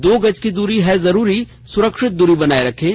दो गज की दूरी है जरूरी सुरक्षित दूरी बनाए रखें